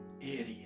Idiot